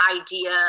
idea